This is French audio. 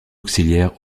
auxiliaire